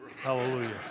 Hallelujah